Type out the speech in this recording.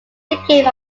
became